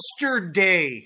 Yesterday